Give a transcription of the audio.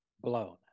blown